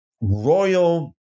royal